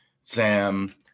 Sam